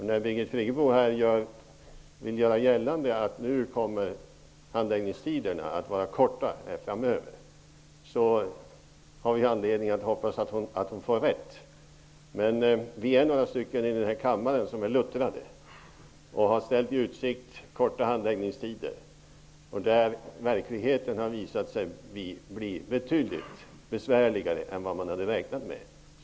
När Birgit Friggebo vill göra gällande att handläggningstiderna framöver kommer att vara korta, har jag anledning att hoppas att hon har rätt. Vi är några i denna kammare som är luttrade. Vi har ställt i utsikt korta handläggningstider, men verkligheten har visat sig bli betydligt besvärligare än vad man hade räknat med.